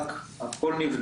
כל זה נבדק, הכל נבדק.